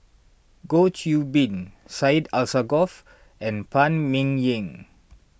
Goh Qiu Bin Syed Alsagoff and Phan Ming Yen